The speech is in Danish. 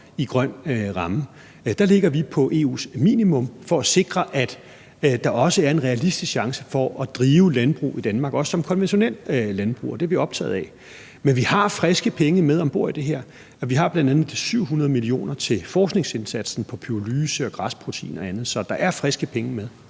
i grøn ramme. Der ligger vi på EU's minimum for at sikre, at der også er en realistisk chance for at drive landbrug i Danmark, også som konventionelt landbrug, og det er vi optaget af. Men vi har friske penge med om bord i det her. Vi har bl.a. 700 mio. kr. til forskningsindsatsen på pyrolyse og græsprotein og andet. Så der er friske penge med.